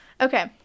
Okay